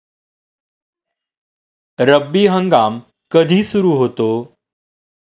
रब्बी हंगाम कधी सुरू होतो?